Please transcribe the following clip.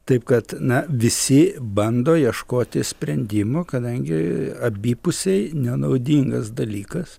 taip kad na visi bando ieškoti sprendimo kadangi abipusiai nenaudingas dalykas